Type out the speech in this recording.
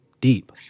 deep